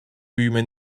büyüme